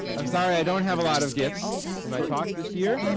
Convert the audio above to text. i'm sorry, i don't have a lot of gifs in my talk this year.